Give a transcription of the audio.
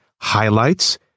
highlights